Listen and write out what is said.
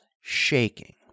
shaking